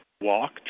walk